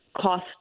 cost